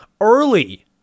early